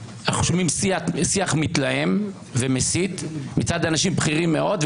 אנחנו שומעים שיח מתלהם ומסית מצד אנשים בכירים מאוד,